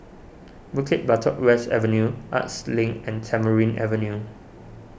Bukit Batok West Avenue Arts Link and Tamarind Avenue